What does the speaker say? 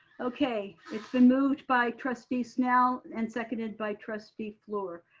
okay, it's been moved by trustee snell and seconded by trustee fluor.